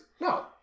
No